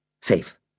safe